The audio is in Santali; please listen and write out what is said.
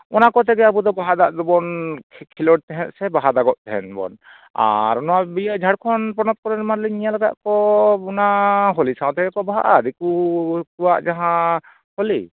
ᱚᱱᱟ ᱠᱚᱛᱮ ᱜᱮ ᱟᱵᱚ ᱫᱚ ᱵᱟᱦᱟ ᱫᱟ ᱫᱚᱵᱚᱱ ᱠᱷᱮᱞᱳᱰ ᱛᱟᱦᱮᱱ ᱥᱮ ᱵᱟᱦᱟ ᱫᱟᱜᱚᱜ ᱛᱟᱦᱮᱱ ᱵᱚᱱ ᱟᱨ ᱱᱚᱣᱟ ᱤᱭᱟᱹ ᱡᱷᱟᱲᱠᱷᱚᱱ ᱯᱚᱱᱚᱛ ᱠᱚᱨᱮᱱ ᱢᱟᱞᱤᱧ ᱧᱮᱞ ᱟᱠᱟᱫ ᱠᱚ ᱚᱱᱟ ᱦᱳᱞᱤ ᱥᱟᱶᱛᱮᱜᱮ ᱠᱚ ᱵᱟᱦᱟᱜᱼᱟ ᱫᱤᱠᱩ ᱠᱚᱣᱟᱜ ᱡᱟᱦᱟᱸ ᱦᱳᱞᱤ